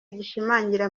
gishimangira